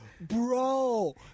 Bro